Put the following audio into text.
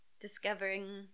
discovering